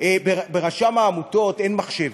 ברשם העמותות אין מחשב.